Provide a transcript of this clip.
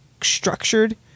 structured